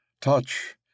Touch